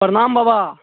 प्रणाम बाबा